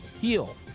Heal